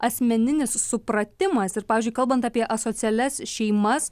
asmeninis supratimas ir pavyzdžiui kalbant apie asocialias šeimas